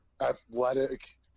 athletic